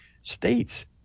states